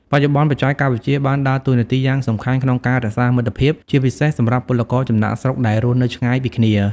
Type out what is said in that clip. បច្ចុប្បន្ន បច្ចេកវិទ្យាបានដើរតួនាទីយ៉ាងសំខាន់ក្នុងការរក្សាមិត្តភាព ជាពិសេសសម្រាប់ពលករចំណាកស្រុកដែលរស់នៅឆ្ងាយពីគ្នា ។